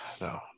No